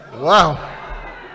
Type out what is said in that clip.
Wow